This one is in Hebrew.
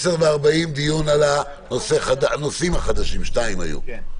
10:40 דיון על הנושאים החדשים, שניים היו.